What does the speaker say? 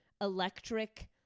electric